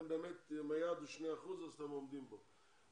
אם היעד הוא 2% אז אתם עומדים בו,